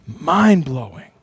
Mind-blowing